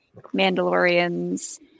Mandalorian's